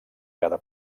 cada